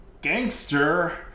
Gangster